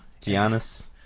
Giannis